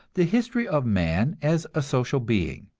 the history of man as a social being,